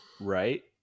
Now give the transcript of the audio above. Right